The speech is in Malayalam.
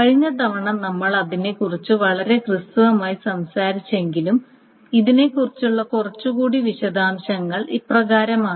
കഴിഞ്ഞ തവണ നമ്മൾ അതിനെക്കുറിച്ച് വളരെ ഹ്രസ്വമായി സംസാരിച്ചെങ്കിലും ഇതിനെക്കുറിച്ചുള്ള കുറച്ചുകൂടി വിശദാംശങ്ങൾ ഇപ്രകാരമാണ്